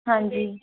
हाँ जी